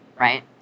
right